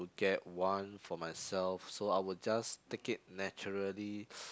get one for myself so I will just take it naturally